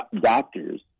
doctors